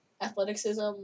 athleticism